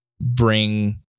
bring